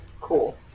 Cool